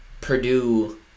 Purdue